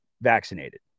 vaccinated